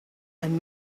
and